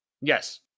yes